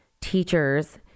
teachers